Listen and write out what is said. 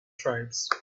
tribes